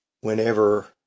whenever